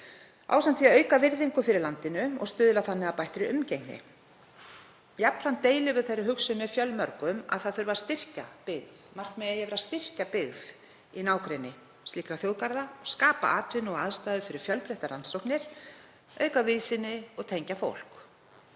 ásamt því að auka virðingu fyrir landinu og stuðla þannig að bættri umgengni. Jafnframt deilum við þeirri hugsun með fjölmörgum að styrkja þurfi byggð, markmiðin eigi að vera að styrkja byggð í nágrenni slíkra þjóðgarða, skapa atvinnu og aðstæður fyrir fjölbreyttar rannsóknir, auka víðsýni og tengja fólk.